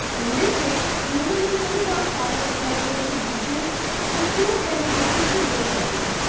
in this way, human and proto-dog started cooperative hunting which proved beneficial to both of them.